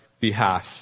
behalf